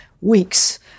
weeks